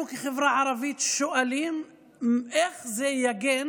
אנחנו כחברה ערבית שואלים איך זה יגן